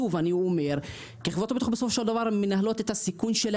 שוב אני אומר כי חברות הביטוח בסופו של דבר מנהלות את הסיכון שלהן.